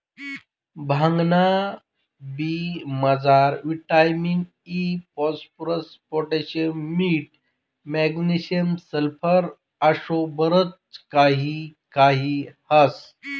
भांगना बी मजार विटामिन इ, फास्फरस, पोटॅशियम, मीठ, मॅग्नेशियम, सल्फर आशे बरच काही काही ह्रास